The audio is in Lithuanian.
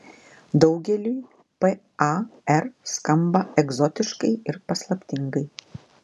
daugeliui par skamba egzotiškai ir paslaptingai